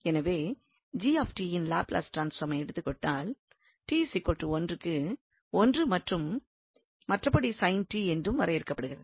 எனவே g யின் Laplace ட்ரான்ஸ்பார்மை எடுத்துக் கொண்டால் t1 க்கு 1 என்றும் மற்றபடி sin t என்றும் வரையறுக்கப்படுகிறது